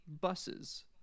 buses